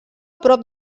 prop